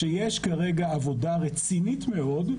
שיש כרגע עבודה רצינית מאוד,